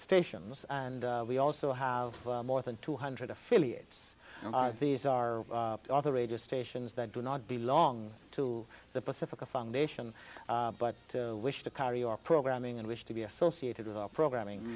stations and we also have more than two hundred affiliates and these are all the radio stations that do not belong to the pacifica foundation but to wish to carry our programming and wish to be associated with our programming